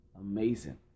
amazing